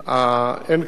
אין כאן,